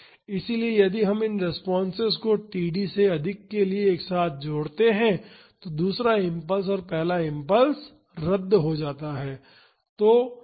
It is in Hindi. इसलिए यदि हम इन रेस्पॉन्सेस को td से अधिक के लिए एक साथ जोड़ते हैं तो दूसरा इम्पल्स और पहला इम्पल्स रद्द हो जाता है